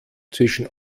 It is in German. zwischen